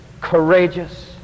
courageous